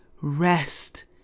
rest